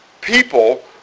people